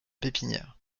pépinière